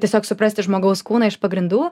tiesiog suprasti žmogaus kūną iš pagrindų